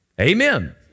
Amen